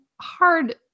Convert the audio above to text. hard